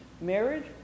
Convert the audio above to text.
Marriage